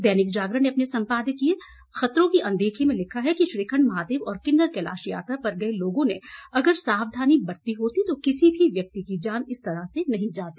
दैनिक जागरण ने अपने संपादकीय खतरों की अनेदखी में लिखा है कि श्रीखंड महादेव और किन्नर कैलाश यात्रा पर गए लोगों ने अगर सावधानी बरती होती तो किसी भी व्यक्ति की जान इस तरह से नहीं जाती